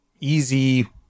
easy